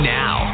now